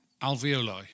Alveoli